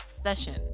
session